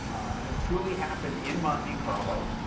and this truly happened in monte carlo,